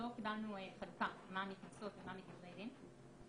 לא קיבלנו חלוקה מה מקנסות ומה מגזרי דין.